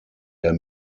der